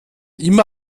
immer